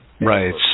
Right